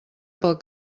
pel